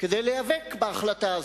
כדי להיאבק בהחלטה הזאת.